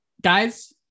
guys